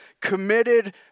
committed